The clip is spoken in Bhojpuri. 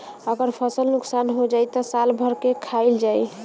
अगर फसल नुकसान हो जाई त साल भर का खाईल जाई